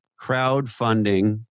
crowdfunding